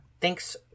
Thanks